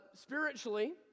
spiritually